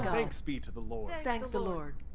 thanks be to the lord! thank the lord!